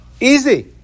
Easy